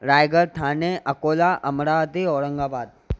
Raigad Thane Akola Amravati Aurangabad